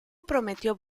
prometió